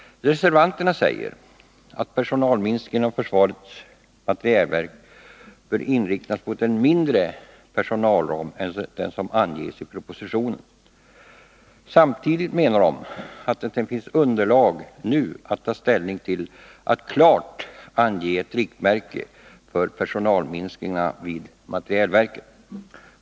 Reservanterna säger att personalminskningarna inom försvarets materielverk bör inriktas mot en mindre personalram än den som anges i propositionen. Samtidigt menar de att det inte finns underlag nu för att ta ställning till ett klart angivet riktmärke för personalminskningarna vid materielverket.